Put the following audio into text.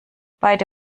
beide